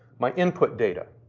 my input data.